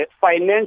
financial